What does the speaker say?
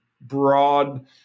broad